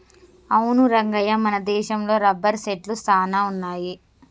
అవును రంగయ్య మన దేశంలో రబ్బరు సెట్లు సాన వున్నాయి